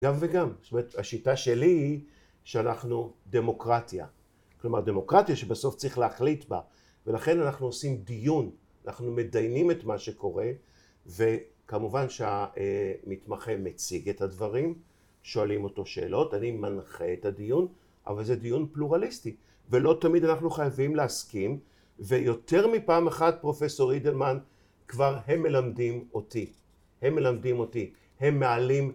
גם וגם, זאת אומרת השיטה שלי היא שאנחנו דמוקרטיה, כלומר דמוקרטיה שבסוף צריך להחליט בה ולכן אנחנו עושים דיון, אנחנו מדיינים את מה שקורה וכמובן שהמתמחה מציג את הדברים, שואלים אותו שאלות, אני מנחה את הדיון, אבל זה דיון פלורליסטי ולא תמיד אנחנו חייבים להסכים ויותר מפעם אחת פרופסור אידלמן כבר הם מלמדים אותי, הם מלמדים אותי, הם מעלים